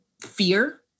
fear